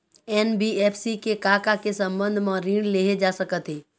NBFC से का का के संबंध म ऋण लेहे जा सकत हे?